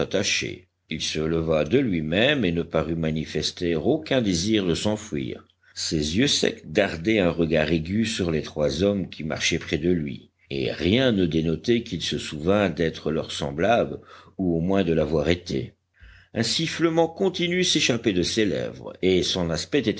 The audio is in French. il se leva de lui-même et ne parut manifester aucun désir de s'enfuir ses yeux secs dardaient un regard aigu sur les trois hommes qui marchaient près de lui et rien ne dénotait qu'il se souvînt d'être leur semblable ou au moins de l'avoir été un sifflement continu s'échappait de ses lèvres et son aspect